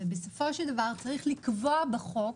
בסופו של דבר צריך לקבוע בחוק